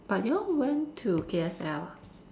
but you all went to K_S_L ah